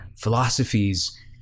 philosophies